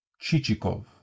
chichikov